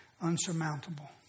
unsurmountable